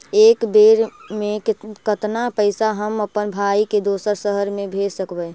एक बेर मे कतना पैसा हम अपन भाइ के दोसर शहर मे भेज सकबै?